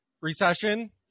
recession